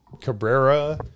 Cabrera